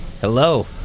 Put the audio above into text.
Hello